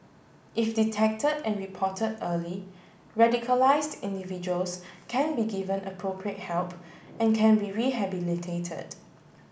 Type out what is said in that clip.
if detect and report early radicalised individuals can be given appropriate help and can be rehabilitated